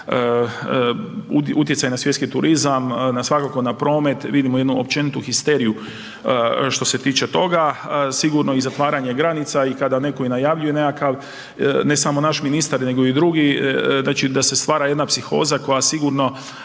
utjecaj na svjetski turizam, svakako na promet vidimo jednu opću histeriju što se tiče toga, sigurno i zatvaranje granica. I kada netko najavljuje nekakav, ne samo naš ministar nego i drugi da se stvara jedna psihoza koja sigurno